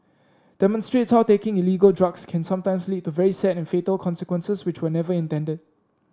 demonstrates how taking illegal drugs can sometimes lead to very sad and fatal consequences which were never intended